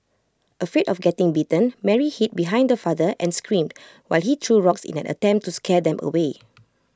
afraid of getting bitten Mary hid behind her father and screamed while he threw rocks in an attempt to scare them away